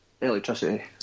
electricity